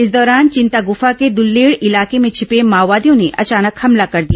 इस दौरान चिंतागुफा के दुल्लेड इलाके में छिपे माओवादियों ने अचानक हमला कर दिया